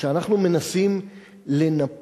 ראשון המציעים,